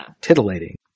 titillating